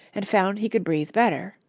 and found he could breathe better.